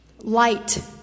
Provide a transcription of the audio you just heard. Light